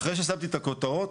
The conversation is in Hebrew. אחרי ששמתי את הכותרות,